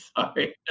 Sorry